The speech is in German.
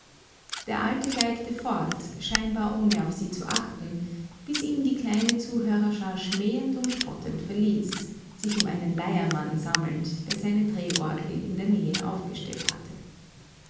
der alte geigte fort scheinbar ohne auf sie zu achten bis ihn die kleine zuhörerschar schmähend und spottend verließ sich um einen leiermann sammelnd der seine drehorgel in der nähe aufgestellt hatte